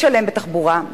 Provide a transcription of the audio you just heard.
משלם בתחבורה,